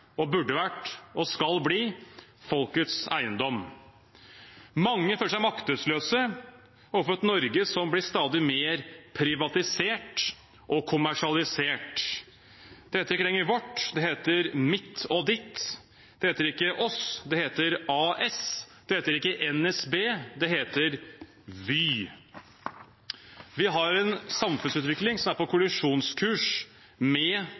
burde vært og skal bli folkets eiendom. Mange føler seg maktesløse overfor et Norge som blir stadig mer privatisert og kommersialisert. Det heter ikke lenger vårt – det heter mitt og ditt. Det heter ikke oss – det heter AS. Det heter ikke NSB – det heter Vy. Vi har en samfunnsutvikling som er på kollisjonskurs med